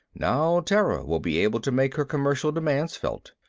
now terra will be able to make her commercial demands felt.